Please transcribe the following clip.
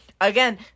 again